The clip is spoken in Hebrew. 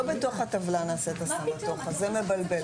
לא בתוך הטבלה נעשה את הבלגן כי זה מבלבל.